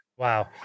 Wow